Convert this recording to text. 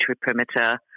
perimeter